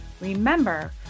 Remember